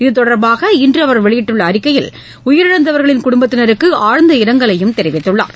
இத்தொடர்பாக இன்று அவர் வெளியிட்டுள்ள அறிக்கையில் உயிரிழந்தவர்களின் குடும்பத்தினருக்கு ஆழ்ந்த இரங்கலையும் தெரிவித்துள்ளார்